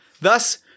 Thus